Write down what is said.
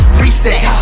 reset